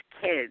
kids